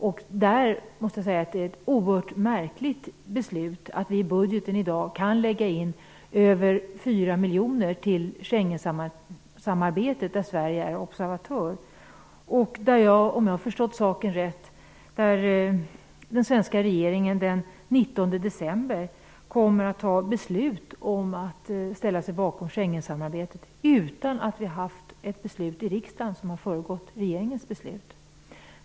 Jag måste säga att det är oerhört märkligt att vi i budgeten i dag kan lägga in över 4 miljoner till Schengensamarbetet, där Sverige är observatör. Om jag har förstått saken rätt kommer den svenska regeringen den 19 december att fatta beslut om att ställa sig bakom Schengensamarbetet, utan att något beslut i riksdagen har föregått regeringens beslut.